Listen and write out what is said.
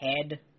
head